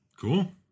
cool